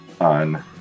on